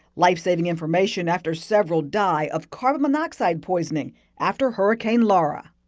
life-saving information after several die of carbon monoxide poisoning after hurricane laura.